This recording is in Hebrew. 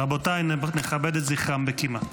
רבותיי, נכבד את זכרם בקימה.